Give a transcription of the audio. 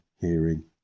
hearing